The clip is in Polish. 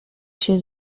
się